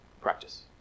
practice